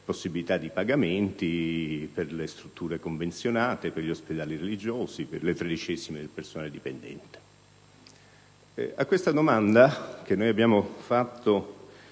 possibilità di pagamento per le strutture convenzionate, per gli ospedali religiosi e per le tredicesime del personale dipendente. A queste domande, che abbiamo posto